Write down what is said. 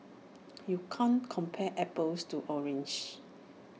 you can't compare apples to oranges